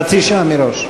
חצי שעה מראש.